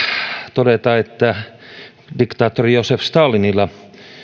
todeta että diktaattori josif stalinilla